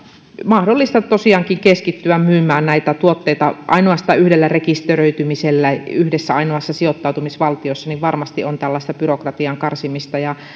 mahdollista keskittyä myymään näitä tuotteita ainoastaan yhdellä rekisteröitymisellä yhdessä ainoassa sijoittautumisvaltiossa on varmasti tällaista byrokratian karsimista ja